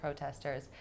protesters